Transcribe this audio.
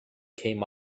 came